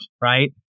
right